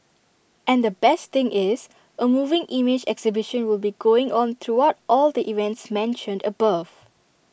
and the best thing is A moving image exhibition will be going on throughout all the events mentioned above